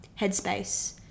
Headspace